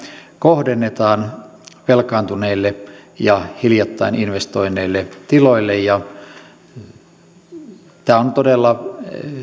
kohdennetaan velkaantuneille ja hiljattain investoineille tiloille tämä on todella